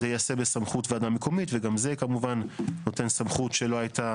זה ייעשה בסמכות ועדה מקומית וגם זה כמובן נותן סמכות שלא הייתה